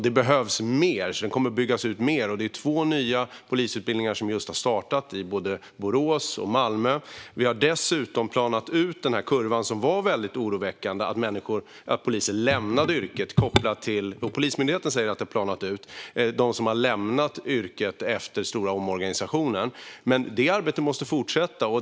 Det behövs fler, så det kommer att bli en ytterligare utbyggnad. Två nya polisutbildningar har just startat, i Borås och Malmö. Polismyndigheten säger dessutom att den oroväckande kurvan över antalet poliser som lämnar yrket efter den stora omorganisationen har planat ut. Det arbetet måste fortsätta.